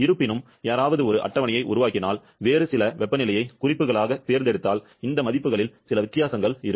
இருப்பினும் யாராவது ஒரு அட்டவணையை உருவாக்கினால் வேறு சில வெப்பநிலையை குறிப்புகளாகத் தேர்ந்தெடுத்தால் இந்த மதிப்புகளில் சில வித்தியாசங்கள் இருக்கும்